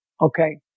Okay